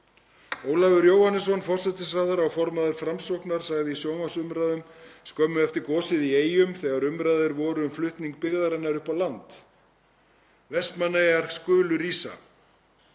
Ólafur Jóhannesson, forsætisráðherra og formaður Framsóknar, sagði í sjónvarpsumræðum skömmu eftir gosið í Eyjum þegar umræður voru um flutning byggðarinnar upp á land: Vestmannaeyjar skulu rísa.